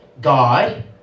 God